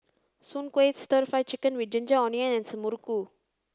Soon Kuih Stir Fry Chicken with Ginger Onions and Muruku